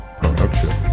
production